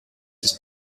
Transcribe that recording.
ist